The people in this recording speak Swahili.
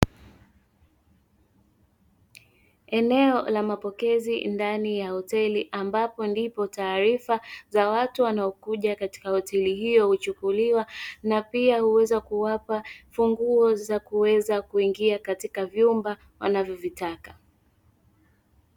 Eneo la mapokezi ndani ya hoteli ambapo ndipo taarifa za watu wanaokuja katika hoteli hiyo huchukuliwa na pia kuweza kuwapa funguo za kuweza kuingia katika vyumba wanavyovitaka.